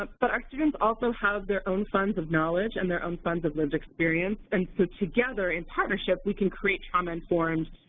um but our students also have their own funds of knowledge and their own funds of lived experience, and so together in partnership we can create trauma-informed,